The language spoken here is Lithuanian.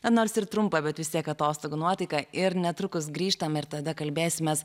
nors ir trumpą bet vis tiek atostogų nuotaiką ir netrukus grįžtam ir tada kalbėsimės